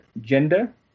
gender